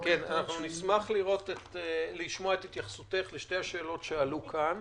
נשמח לשמוע את התייחסותך לשתי השאלות שעלו כאן.